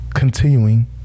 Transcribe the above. continuing